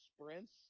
sprints